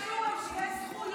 מסרו את נפשם.